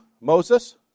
Moses